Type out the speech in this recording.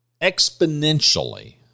exponentially